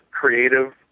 creative